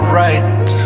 right